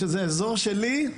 שזה אזור שלי,